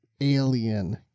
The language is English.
alien